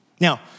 Now